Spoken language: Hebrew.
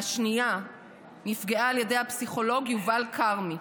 והשנייה נפגעה על ידי הפסיכולוג יובל כרמי.